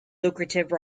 lucrative